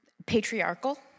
Patriarchal